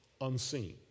unseen